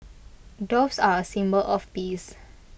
doves are A symbol of peace